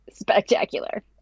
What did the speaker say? spectacular